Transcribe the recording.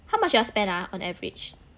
how much you all spend ah on average